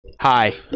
Hi